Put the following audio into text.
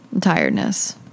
tiredness